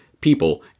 people